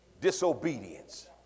disobedience